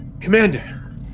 commander